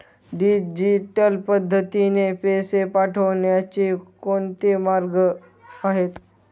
Digital पद्धतीने पैसे पाठवण्याचे कोणते मार्ग आहेत?